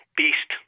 beast